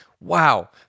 Wow